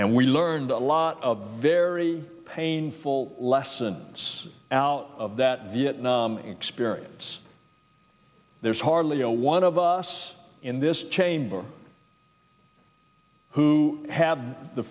and we learned a lot of very painful lessons out of that vietnam experience there's hardly a one of us in this chamber who have the